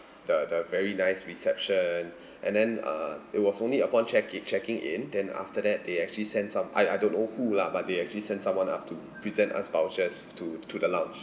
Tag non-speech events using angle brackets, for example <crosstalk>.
the the very nice reception <breath> and then uh it was only upon check checking in then after that they actually sent some I I don't know who lah but they actually sent someone up to present us vouchers to to the lounge